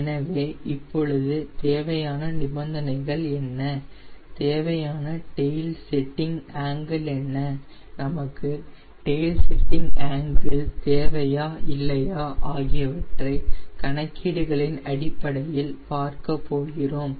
எனவே இப்பொழுது தேவையான நிபந்தனை என்ன தேவையான டெயில் செட்டிங் ஆங்கில் என்ன நமக்கு டெயில் செட்டிங் ஆங்கில் தேவையா இல்லையா ஆகியவற்றை கணக்கீடுகளின் அடிப்படையில் பார்க்க போகிறோம்